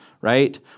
right